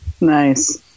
Nice